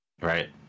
right